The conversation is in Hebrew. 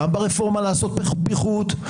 גם לרפורמה לעשות פיחות,